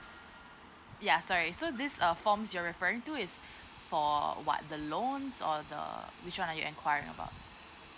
yeah sorry so this uh forms you're referring to is for what the loans or the which one are your enquiring on